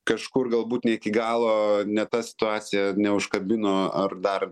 kažkur galbūt ne iki galo ne ta situacija neužkabino ar dar